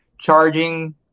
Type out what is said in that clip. charging